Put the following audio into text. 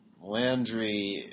Landry